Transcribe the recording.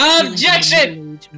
OBJECTION